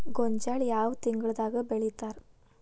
ಗೋಂಜಾಳ ಯಾವ ತಿಂಗಳದಾಗ್ ಬೆಳಿತಾರ?